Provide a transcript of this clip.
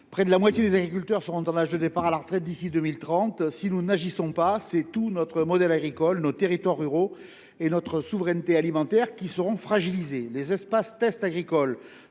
près de la moitié des agriculteurs seront en âge de partir à la retraite d’ici à 2030. Si nous n’agissons pas, c’est tout notre modèle agricole, nos territoires ruraux et notre souveraineté alimentaire qui seront fragilisés. Les espaces tests agricoles